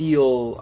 Feel